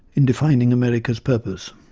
in defining america's purpose.